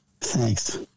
Thanks